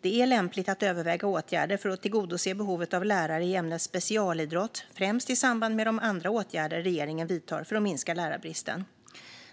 Det är lämpligt att överväga åtgärder för att tillgodose behovet av lärare i ämnet specialidrott, främst i samband med de andra åtgärder regeringen vidtar för att minska lärarbristen.